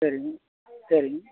சரிங்க சரிங்க